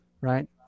right